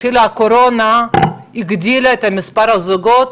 אפילו הקורונה הגדילה את מספר הזוגות